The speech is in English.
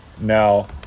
now